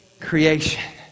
creation